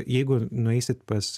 jeigu nueisit pas